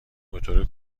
موتور